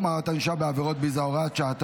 החמרת ענישה בעבירות ביזה) (הוראת שעה),